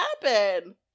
happen